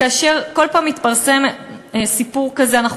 כאשר כל פעם מתפרסם סיפור כזה אנחנו